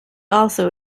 also